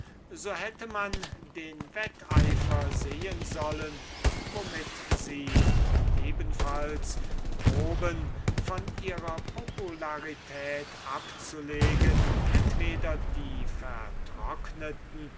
so hätte man den wetteifer sehen sollen womit sie um ebenfalls proben von ihrer popularität abzulegen entweder die vertrockneten